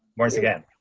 once again.